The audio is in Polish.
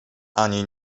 ani